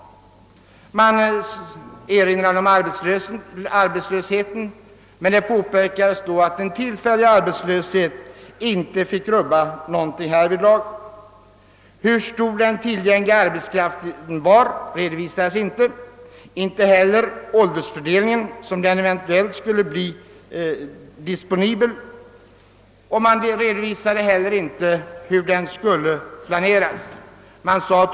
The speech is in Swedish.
Mot erinringar om arbetslösheten påpekades att en tillfällig sådan inte fick rubba någonting härvidlag. Hur stor den eventuellt disponibla arbetskraften var redovisades inte, lika litet som åldersfördelningen. Man nämnde inte heller hur den skulle placeras.